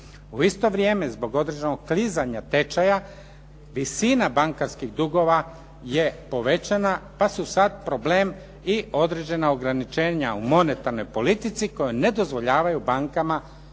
U isto vrijeme zbog određenog klizanja tečaja visina bankarskih dugova je povećana, pa su sad problem i određena ograničenja u monetarnoj politici koje ne dozvoljavaju bankama